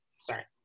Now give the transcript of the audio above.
Sorry